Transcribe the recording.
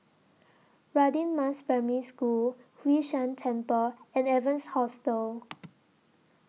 Radin Mas Primary School Hwee San Temple and Evans Hostel